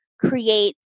create